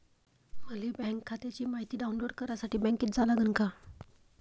मले बँक खात्याची मायती डाऊनलोड करासाठी बँकेत जा लागन का?